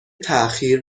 تاخیر